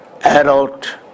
adult